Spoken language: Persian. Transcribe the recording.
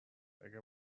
اگه